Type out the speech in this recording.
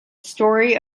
story